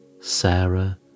Sarah